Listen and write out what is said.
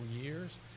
years